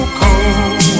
cold